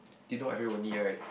you know I very lonely right